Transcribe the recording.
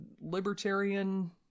libertarian